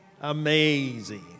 Amazing